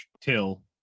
Till